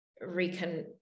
recon